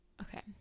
okay